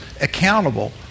accountable